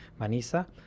Manisa